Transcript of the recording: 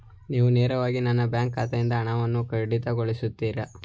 ನೀವು ನೇರವಾಗಿ ನನ್ನ ಬ್ಯಾಂಕ್ ಖಾತೆಯಿಂದ ಹಣವನ್ನು ಕಡಿತಗೊಳಿಸುತ್ತೀರಾ?